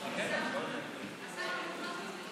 חבריי חברי הכנסת,